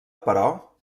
però